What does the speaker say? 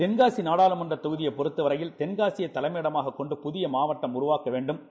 தென்காசிநாடாளுமன்றத்தொகுதியைபொறுத்தவரையில் தென்காசியைதலைமையிடமாககொண்டுபுதியமாவட்டம் உருவாக்கவேண்டும்என்பதும்